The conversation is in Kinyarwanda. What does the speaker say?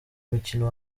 mukino